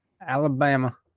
Alabama